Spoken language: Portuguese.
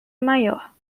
maior